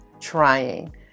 trying